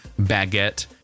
baguette